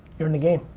you're in the game.